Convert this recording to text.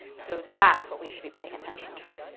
so that's what we should be paying attention to.